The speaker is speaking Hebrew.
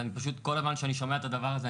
ואני פשוט כל הזמן שאני שומע את הדבר הזה,